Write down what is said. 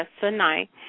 tonight